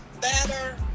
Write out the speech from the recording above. better